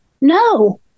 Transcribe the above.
No